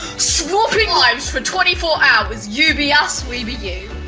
swapping lives for twenty four hours, you be us we be you.